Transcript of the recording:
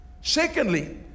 secondly